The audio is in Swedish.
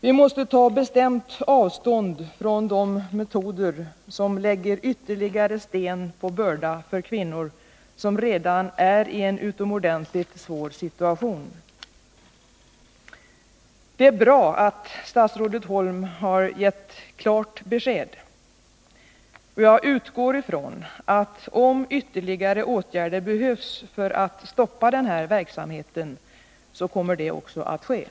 Vi måste bestämt ta avstånd från de metoder som lägger ytterligare sten på bördan för de kvinnor som redan är i en utomordentligt svår situation. Det är bra att statsrådet Holm har gett klart besked. Jag utgår från att om ytterligare åtgärder behövs för att stoppa denna verksamhet, så kommer sådana att vidtas.